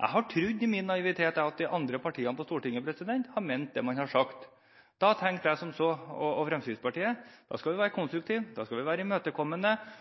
Jeg har i min naivitet trodd at de andre partiene på Stortinget mente det de har sagt. Da tenkte jeg – og Fremskrittspartiet – som så at vi skal være konstruktive og imøtekommende, og vi skal